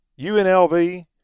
UNLV